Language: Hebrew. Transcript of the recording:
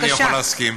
איך אני יכול להסכים?